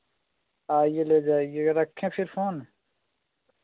आइए ले जाइएगा रखें फिर फ़ोन